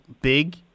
big